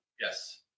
Yes